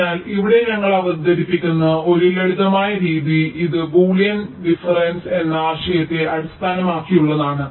അതിനാൽ ഇവിടെ ഞങ്ങൾ അവതരിപ്പിക്കുന്ന ഒരു ലളിതമായ രീതി ഇത് ബൂളിയൻ ഡിഫറെൻസ് എന്ന ആശയത്തെ അടിസ്ഥാനമാക്കിയുള്ളതാണ്